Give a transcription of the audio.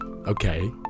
Okay